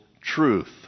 truth